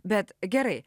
bet gerai